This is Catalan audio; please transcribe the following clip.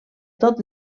tot